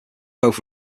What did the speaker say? both